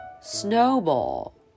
Snowball